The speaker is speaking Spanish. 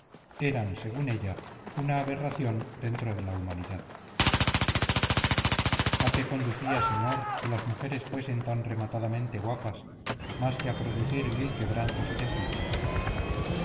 eran según ella una aberración dentro de la humanidad a qué conducía señor que las mujeres fuesen tan rematadamente guapas más que a producir mil quebrantos y desdichas